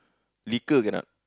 liquor cannot